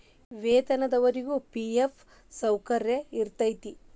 ವೇತನದೊರಿಗಿ ಫಿ.ಎಫ್ ಸೌಕರ್ಯ ಇರತೈತಿ